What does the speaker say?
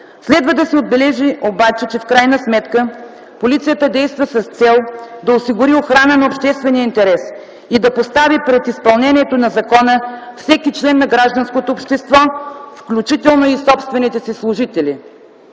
Следва да се отбележи обаче, че в крайна сметка полицията действа с цел да осигури охрана на обществения интерес и да постави пред изпълнението на закона всеки член на гражданското общество, включително и собствените си служители.